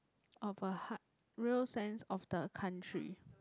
of a heart real sense of the country